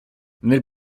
nel